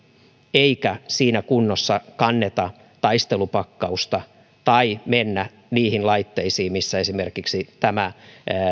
eikä siinä kunnossa kanneta taistelupakkausta tai mennä niihin laitteisiin missä esimerkiksi tämä